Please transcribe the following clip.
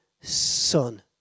son